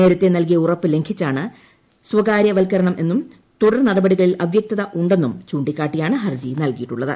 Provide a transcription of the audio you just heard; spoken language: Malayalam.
നേരത്തെ നല്കിയ ഉറപ്പ് ലംഘിച്ചാണ് സ്വകാര്യവൽക്കരണമെന്നും തുടർ നടപടികളിൽ അവ്യക്തത ഉണ്ടെന്നും ചൂണ്ടിക്കാട്ടിയാണ് ഹർജി നല്കിയിട്ടുളളത്